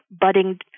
budding